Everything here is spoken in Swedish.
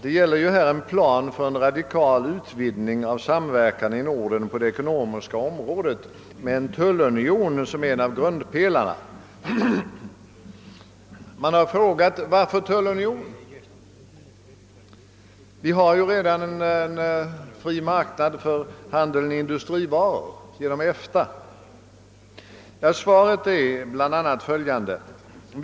Det gäller här en plan för en radikal utvidgning av samverkan i Norden på det ekonomiska området med en tullunion som en av grundpelarna. Det har frågats: Varför en tullunion — vi har ju redan genom EFTA en fri marknad för handeln med industrivaror? Svaren är bl.a. följande: 1.